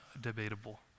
debatable